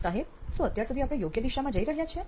સાહેબ શું અત્યાર સુધી આપણે યોગ્ય દિશામાં જઈ રહ્યા છીએ